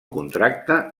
contracte